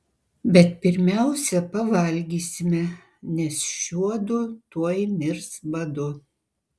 bet pirmiausia pavalgysime nes šiuodu tuoj mirs badu